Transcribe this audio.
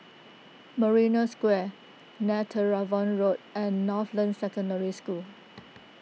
Marina Square Netheravon Road and Northland Secondary School